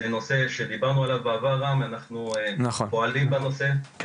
זה נושא שדיברנו עליו בעבר, אנחנו פועלים בנושא.